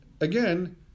again